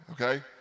okay